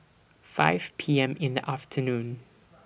five P M in The afternoon